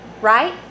right